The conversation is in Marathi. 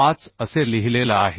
5 असे लिहिलेला आहे